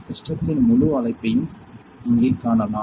சிஸ்டத்தின் முழு அமைப்பையும் இங்கே காணலாம்